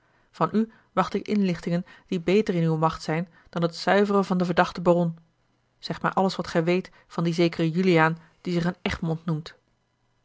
van u wacht ik inlichtingen die beter in uwe macht zijn dan het zuiveren van den verdachten baron zeg mij alles wat gij weet van dien zekeren juliaan die zich een egmond noemt